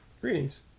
Greetings